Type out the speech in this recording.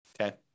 Okay